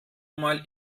mal